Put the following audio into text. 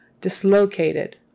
Dislocated